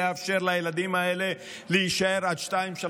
לאפשר לילדים האלה להישאר עד 14:00,